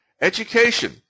education